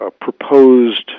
proposed